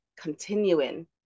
continuing